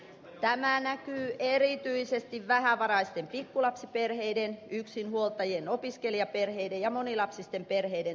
tämä näkyy erityisesti vähävaraisten pikkulapsiperheiden yksinhuoltajien opiskelijaperheiden ja monilapsisten perheiden toimeentulossa